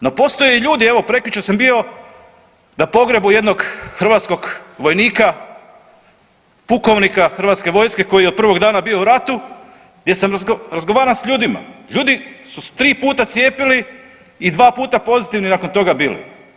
No postoje ljudi evo prekjučer sam bio na pogrebu jednog hrvatskog vojnika, pukovnika hrvatske vojske koji je od prvog dana bio u ratu gdje sam, razgovaram s ljudima, ljudi su se 3 puta cijepili i 2 puta pozitivni nakon toga bili.